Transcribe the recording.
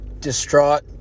distraught